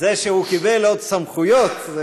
הוא קיבל עוד סמכויות,